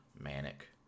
manic